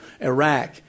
Iraq